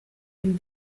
den